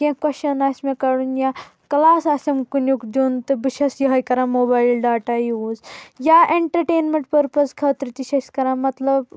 کینٛہہ کۄسچن آسہِ مےٚ کرُن یا کلاس آسیم کُنیک دِیُن تہِ بہ چھس یَہٕے کران موبایل ڈاٹا یوٗز یا اینٹرٹینمینٹ پٔرپز خٲطرٕ تہِ چھِ أسۍ کران مطلب